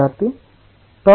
విద్యార్థి τ11